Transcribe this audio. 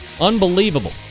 Unbelievable